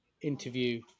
interview